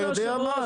אתה יודע מה,